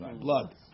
Blood